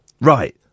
Right